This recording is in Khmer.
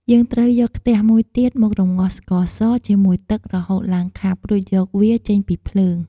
យើងត្រូវយកខ្ទះមួយទៀត មករំងាស់ស្ករសជាមួយទឹករហូតឡើងខាប់ រួចយកវាចេញពីភ្លើង។